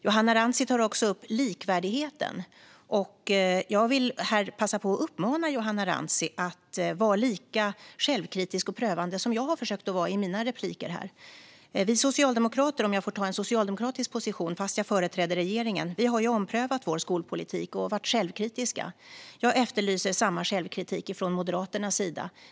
Johanna Rantsi tar också upp likvärdigheten. Jag vill här passa på att uppmana Johanna Rantsi att vara lika självkritisk och prövande som jag har försökt att vara i mina inlägg här. Vi socialdemokrater, om jag får ta en socialdemokratisk position fastän jag företräder regeringen, har omprövat vår skolpolitik och varit självkritiska. Jag efterlyser samma självkritik från Moderaternas sida.